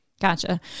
Gotcha